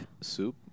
Soup